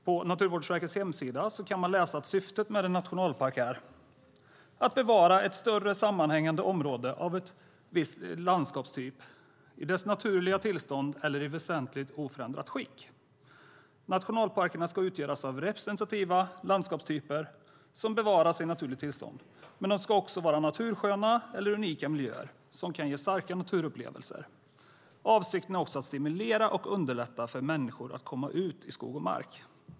På Naturvårdsverkets hemsida kan man läsa att syftet med en nationalpark är att "bevara ett större sammanhängande område av viss landskapstyp i dess naturliga tillstånd eller i väsentligt oförändrat skick". Nationalparkerna ska utgöras av representativa landskapstyper som bevaras i naturligt tillstånd, men de ska också vara natursköna eller unika miljöer som kan ge starka naturupplevelser. Avsikten är också att stimulera och underlätta för människor att komma ut i skog och mark.